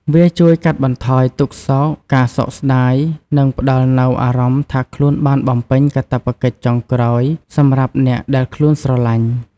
វាជួយកាត់បន្ថយទុក្ខសោក ការសោកស្តាយ និងផ្តល់នូវអារម្មណ៍ថាខ្លួនបានបំពេញកាតព្វកិច្ចចុងក្រោយសម្រាប់អ្នកដែលខ្លួនស្រឡាញ់។